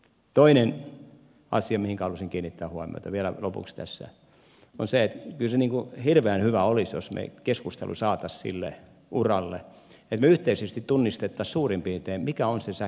toinen asia mihinkä halusin kiinnittää huomiota vielä lopuksi tässä on se että kyllä se hirveän hyvä olisi jos me keskustelun saisimme sille uralle että me yhteisesti tunnistaisimme suurin piirtein mikä on se sähkön tarve